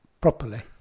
properly